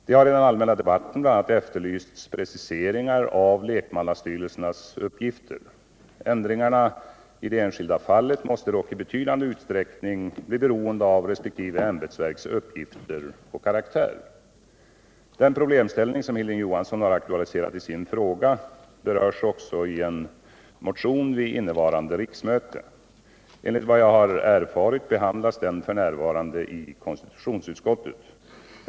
Det har i den allmänna debatten bl.a. efterlysts preciseringar av lekmannastyrelsernas uppgifter. Ändringarna i det enskilda fallet måste dock i betydande utsträckning bli beroende av resp. ämbetsverks uppgifter och karaktär. Den problemställning som Hilding Johansson har aktualiserat i sin fråga berörs också i en motion vid innevarande riksmöte. Enligt vad jag har erfarit behandlas den f.n. i konstitutionsutskottet.